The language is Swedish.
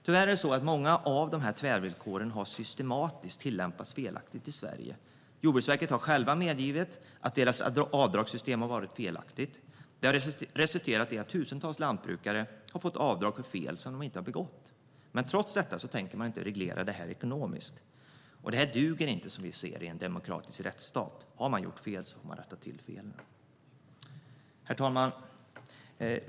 Tyvärr har många av tvärvillkoren systematiskt tillämpats felaktigt i Sverige. Jordbruksverket har självt medgivit att dess avdragssystem har varit felaktigt. Det har resulterat i att tusentals lantbrukare har fått avdrag för fel som de inte har begått. Trots detta tänker man inte reglera det ekonomiskt. Det duger inte, som vi ser det, i en demokratisk rättsstat. Har man gjort fel får man rätta till det. Herr talman!